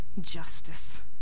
justice